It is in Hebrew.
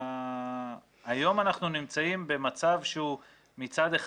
היום אנחנו נמצאים במצב שהוא מצד אחד